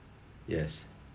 yes